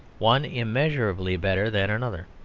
one immeasurably better than another.